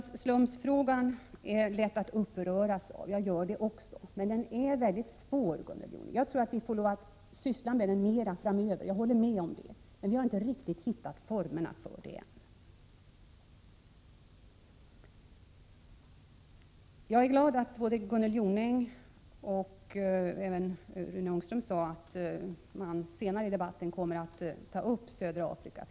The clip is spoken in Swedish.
Det är lätt att uppröras av bostadsslummen. Även jag upprörs, men den frågan är mycket svår, Gunnel Jonäng. Jag tror att vi får lov att syssla mera med den framöver — jag håller med om det, men vi har ännu inte riktigt hittat formerna för detta. Jag är glad att både Gunnel Jonäng och Rune Ångström sade att man senare i debatten kommer att ta upp södra Afrika.